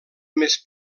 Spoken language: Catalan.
més